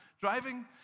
driving